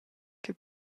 che